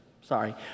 sorry